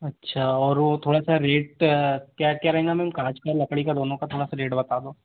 अच्छा और वह थोड़ा सा रेट क्या क्या रहेगा मैम काँच का लकड़ी का दोनों का थोड़ा सा रेट बता दो